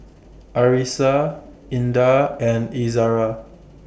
Arissa Indah and Izzara